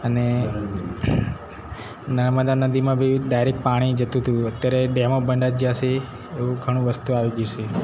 અને નર્મદા નદીમાં બી ડાયરેક પાણી જતું હતું અત્યારે ડેમો બની ગયા છે એવું ઘણું વસ્તુ આવી ગયું છે